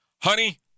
honey